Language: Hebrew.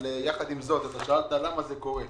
אתה שאלת למה זה קורה.